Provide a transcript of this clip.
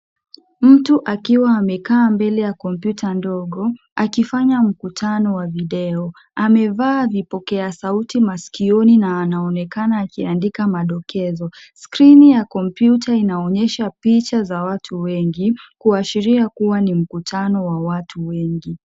Mtu akiwa amekaa mbele ya kompyuta ndogo akifanya mkutano wa video. Amevaa vipokea sauti masikioni na anaonekana akiandika madokezo. Skrini ya kompyuta inaonyesha picha za watu wengi kuashiria kuwa ni mkutano wa watu wengi.